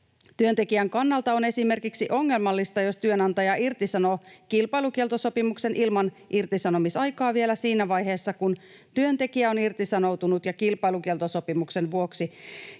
Työntekijän kannalta on esimerkiksi ongelmallista, jos työnantaja irtisanoo kilpailukieltosopimuksen ilman irtisanomisaikaa vielä siinä vaiheessa, kun työntekijä on irtisanoutunut ja kilpailukieltosopimuksen vuoksi